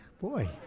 Boy